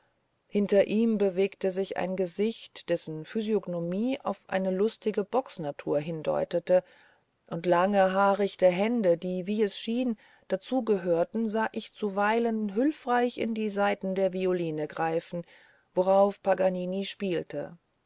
hinter ihm bewegte sich ein gesicht dessen physiognomie auf eine lustige bocksnatur hindeutete und lange haarichte hände die wie es schien dazu gehörten sah ich zuweilen hülfreich in die saiten der violine greifen worauf paganini spielte